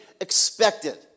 expected